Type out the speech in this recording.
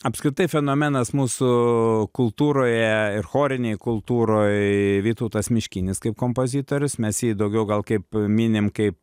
apskritai fenomenas mūsų kultūroje ir chorinėj kultūroj vytautas miškinis kaip kompozitorius mes jį daugiau gal kaip minim kaip